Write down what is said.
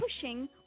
pushing